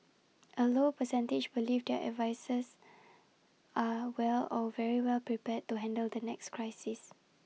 A low percentage believe their advisers are well or very well prepared to handle the next crisis